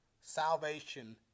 Salvation